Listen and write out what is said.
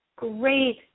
Great